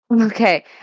Okay